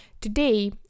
Today